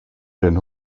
den